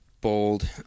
bold